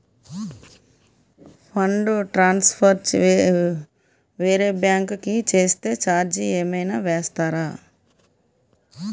Fund transfer వేరే bank కి చేస్తే ఛార్జ్ ఏమైనా వేస్తారా?